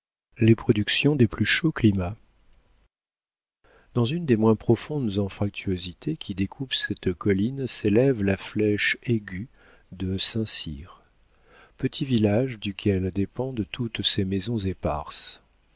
les productions des plus chauds climats dans une des moins profondes anfractuosités qui découpent cette colline s'élève la flèche aiguë de saint-cyr petit village duquel dépendent toutes ces maisons éparses